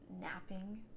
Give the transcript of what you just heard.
napping